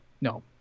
no